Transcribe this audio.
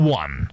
one